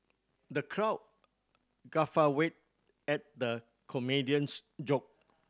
the crowd at the comedian's joke